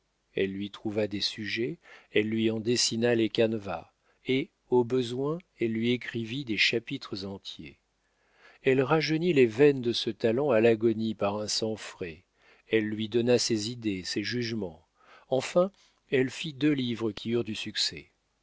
elle lui trouva des sujets elle lui en dessina les canevas et au besoin elle lui écrivit des chapitres entiers elle rajeunit les veines de ce talent à l'agonie par un sang frais elle lui donna ses idées ses jugements enfin elle fit deux livres qui eurent du succès